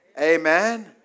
Amen